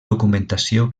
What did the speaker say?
documentació